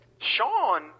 Sean